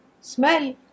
smell